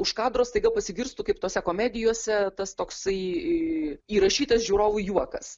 už kadro staiga pasigirstų kaip tose komedijose tas toksai įrašytas žiūrovų juokas